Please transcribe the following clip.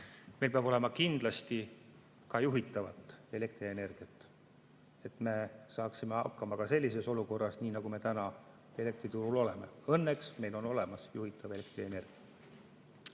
peab meil kindlasti olema ka juhitavat elektrienergiat, et saaksime hakkama ka sellises olukorras, nagu me täna elektriturul oleme. Õnneks on meil olemas juhitav elektrienergia